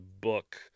book